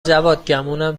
جواد، گمونم